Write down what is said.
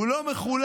הוא לא מחולק